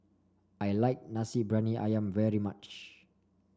I like Nasi Bbriyani ayam very much